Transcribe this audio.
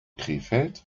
krefeld